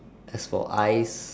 as for eyes